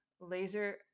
laser